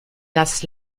das